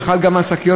שחל גם על שקיות,